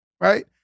Right